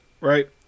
right